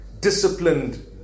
disciplined